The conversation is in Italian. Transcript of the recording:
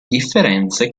differenze